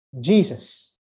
Jesus